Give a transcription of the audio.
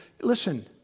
Listen